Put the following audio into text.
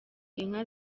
inka